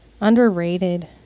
underrated